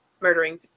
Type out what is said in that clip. murdering